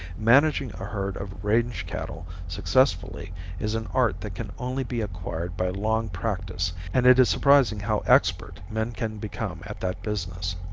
managing a herd of range cattle successfully is an art that can only be acquired by long practice, and it is surprising how expert men can become at that business.